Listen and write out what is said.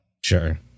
Sure